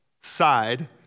side